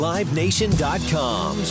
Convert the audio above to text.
LiveNation.com